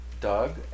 Doug